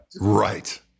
Right